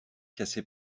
cassé